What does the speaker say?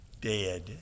dead